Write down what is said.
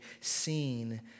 seen